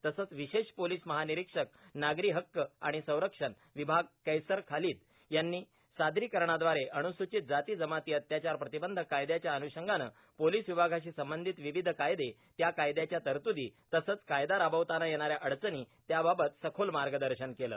तसंच विशेष पोर्वलस महानिरोक्षक नागरी हक्क आर्वण संरक्षण ववभाग कैसर खालीद यांनी सादर्शकरणादवारे अनुर्स्रांचत जाती जमाती अत्याचार प्र्रांतबंधक कायदयाच्या अनुषंगानं पोर्लिस विभागाशी संबंधित र्वावध कायदे त्या कायद्याच्या तरतुदो तसंच कायदा राबवताना येणाऱ्या अडचणी त्याबाबतीत सखोल मागदशन केलं